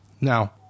now